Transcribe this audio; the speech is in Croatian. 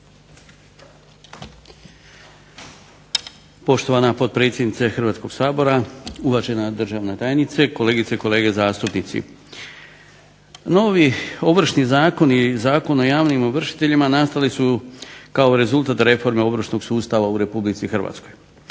Poštovana potpredsjednice Hrvatskog sabora, uvažena državna tajnice, kolegice i kolege zastupnici. Novi Ovršni zakon i Zakon o javnim ovršiteljima nastali su kao rezultat reforme ovršnog sustava u RH.